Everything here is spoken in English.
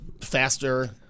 faster